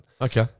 Okay